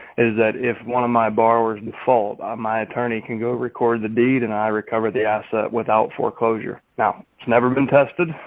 is that if one of my borrowers default, my attorney can go record the deed and i recover the asset without foreclosure. now, it's never been tested.